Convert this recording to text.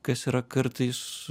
kas yra kartais